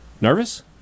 Nervous